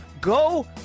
go